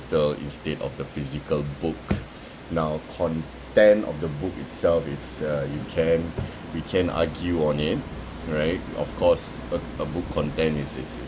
~tal instead of the physical book now content of the book itself it's uh you can we can argue on it alright of course a a book content is is